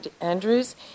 Andrews